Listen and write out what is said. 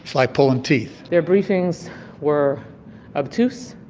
like pulling teeth. their briefings were obtuse.